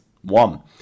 one